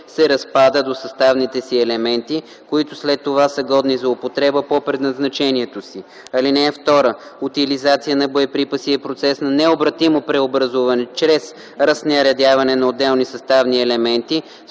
се разпада до съставните си елементи, които след това са годни за употреба по предназначението си. (2) Утилизация на боеприпаси е процес на необратимо преобразуване чрез разснарядяване на отделни съставни елементи